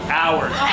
hours